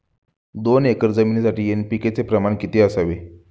दोन एकर जमिनीसाठी एन.पी.के चे प्रमाण किती असावे?